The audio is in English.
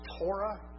Torah